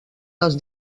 les